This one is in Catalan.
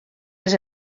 les